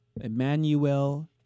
Emmanuel